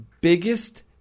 biggest